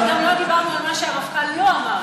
וגם לא דיברנו על מה שהמפכ"ל לא אמר,